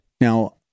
now